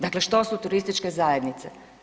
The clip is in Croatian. Dakle, što su turističke zajednice?